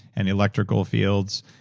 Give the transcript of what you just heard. and electrical fields,